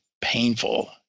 painful